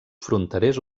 fronterers